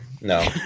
No